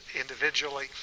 individually